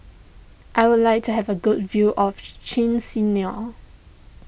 I would like to have a good view of Chisinau